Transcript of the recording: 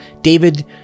David